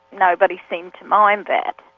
nobody seemed to mind that.